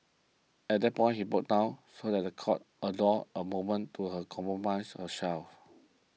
at that point he broke down so that the court a door a moment to her compromise herself